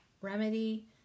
remedy